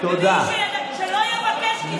שלא יבקש קיזוז.